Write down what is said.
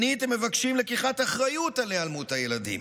שנית, הם מבקשים לקיחת אחריות על היעלמות הילדים.